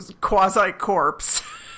quasi-corpse